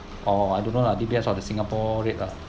oh I don't know lah D_B_S or the singapore rate lah